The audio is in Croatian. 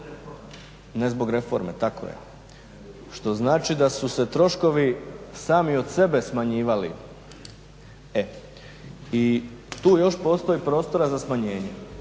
ne zbog reforme, tako je što znači da su se troškovi sami od sebe smanjivali e i tu još postoji prostora za smanjenje